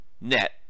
net